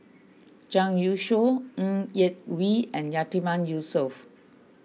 Zhang Youshuo Ng Yak Whee and Yatiman Yusof